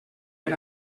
per